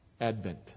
Advent